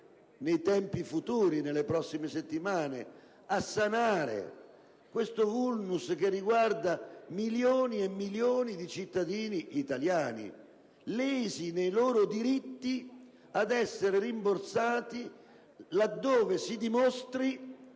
nei tempi futuri, nelle prossime settimane, a sanare questo *vulnus* che riguarda milioni e milioni di cittadini italiani, lesi nel loro diritto ad essere rimborsati laddove si dimostri,